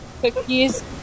cookies